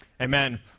Amen